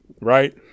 Right